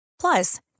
Plus